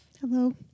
Hello